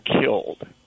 killed